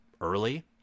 early